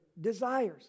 desires